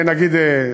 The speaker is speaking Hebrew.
נגיד,